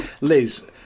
Liz